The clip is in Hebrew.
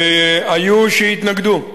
היו שהתנגדו,